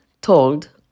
told